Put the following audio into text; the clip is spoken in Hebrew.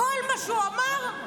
כל מה שהוא אמר,